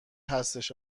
هستش